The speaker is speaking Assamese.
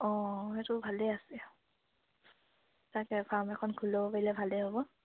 অঁ সেইটো ভালেই আছে তাকে ফাৰ্ম এখন খুলি ল'ব পাৰিলে ভালেই হ'ব